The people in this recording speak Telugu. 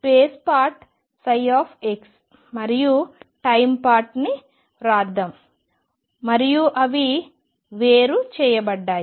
స్పేస్ పార్ట్ ψ మరియు టైమ్ పార్ట్ ని వ్రాస్దాం మరియు అవి వేరు చేయబడ్డాయి